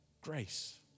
grace